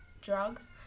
drugs